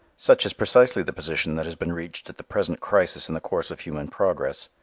such is precisely the position that has been reached at the present crisis in the course of human progress.